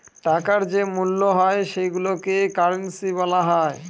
টাকার যে মূল্য হয় সেইগুলোকে কারেন্সি বলা হয়